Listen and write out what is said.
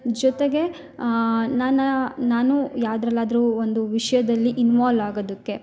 ಜೊತೆಗೆ ನಾನ ನಾನು ಯಾವ್ದ್ರಲ್ಲಿ ಆದರು ಒಂದು ವಿಷಯದಲ್ಲಿ ಇನ್ವಾಲ್ವ್ ಆಗೋದಕ್ಕೆ